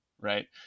Right